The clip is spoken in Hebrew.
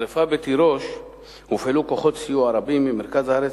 בשרפה בתירוש הופעלו כוחות סיוע רבים ממרכז הארץ,